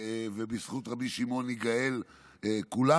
ובזכות רבי שמעון ניגאל כולנו.